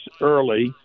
early